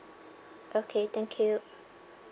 okay thank you